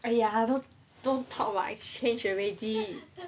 !aiya! don't don't talk about exchange already